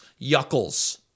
Yuckles